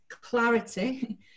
clarity